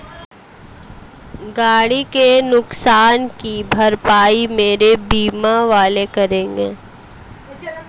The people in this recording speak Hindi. गाड़ी के नुकसान की भरपाई मेरे बीमा वाले करेंगे